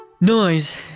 Noise